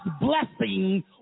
blessing